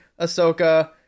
ahsoka